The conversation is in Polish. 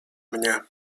mnie